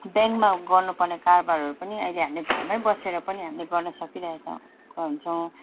ब्याङ्कमा गर्नु पर्ने कारोबारहरू पनि अहिले हामीले घरमा बसेर पनि हामीले गर्न सकिरहेका छौँ हुन्छौँ